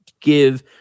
give